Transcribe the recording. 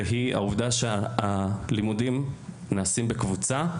והיא שהלימודים נעשים בקבוצה,